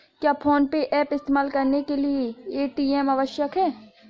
क्या PhonePe app इस्तेमाल करने के लिए ए.टी.एम आवश्यक है?